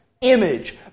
image